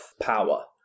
power